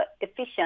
efficient